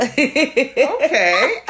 Okay